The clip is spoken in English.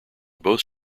both